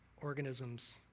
organisms